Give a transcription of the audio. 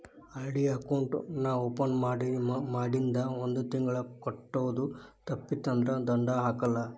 RD account ನಾ open ಮಾಡಿಂದ ಒಂದ್ ತಿಂಗಳ ಕಟ್ಟೋದು ತಪ್ಪಿತಂದ್ರ ದಂಡಾ ಹಾಕಲ್ಲ